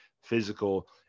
physical